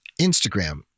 Instagram